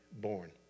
born